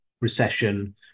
recession